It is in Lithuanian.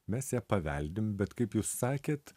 mes ją paveldim bet kaip jūs sakėt